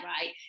right